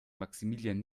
maximilian